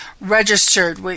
registered